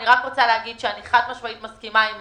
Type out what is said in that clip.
אני רק רוצה להגיד שאני חד משמעית מסכימה עם